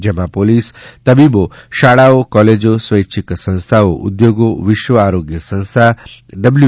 જેમાં પોલીસ તબીબો શાળાઓ કોલેજો સ્વૈચ્છિક સંસ્થાઓ ઉદ્યોગો વિશ્વ આરોગ્ય સંસ્થા ડબલ્યુ